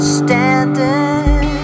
standing